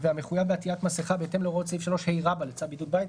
והמחויב בעטיית מסכה בהתאם להוראות סעיף 3ה לצו בידוד בית,